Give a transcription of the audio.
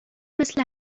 مثل